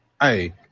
Hey